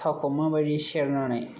थावखौ माबादि सेरनानै